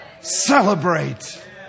Celebrate